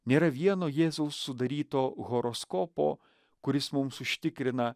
nėra vieno jėzaus sudaryto horoskopo kuris mums užtikrina